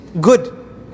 good